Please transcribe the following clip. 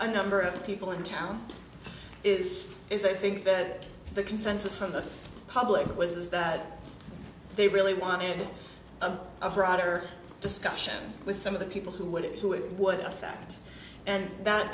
a number of people in town is is i think that the consensus from the public was that they really wanted a broader discussion with some of the people who would it would affect and that